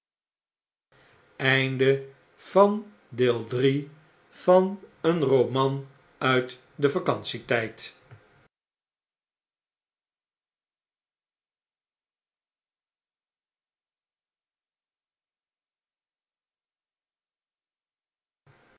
m een roman uit den vacantie tijd